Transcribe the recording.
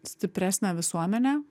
stipresnę visuomenę